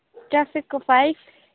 ट्राफिकको फाइट